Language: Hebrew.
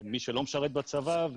מי שלא משרת בצבא,